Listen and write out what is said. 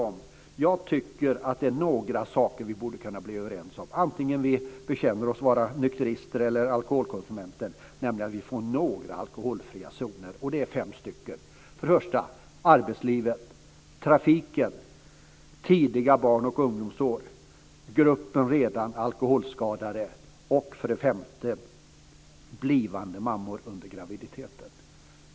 Och jag tycker att det är några saker som vi borde kunna bli överens om antingen vi bekänner oss som nykterister eller som alkoholkonsumenter, nämligen att vi får några alkoholfria zoner. Det handlar om fem stycken: arbetslivet, trafiken, de tidiga barn och ungdomsåren, gruppen redan alkoholskadade och blivande mammor under graviditeten.